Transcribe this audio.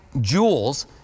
jewels